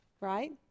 right